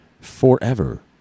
forever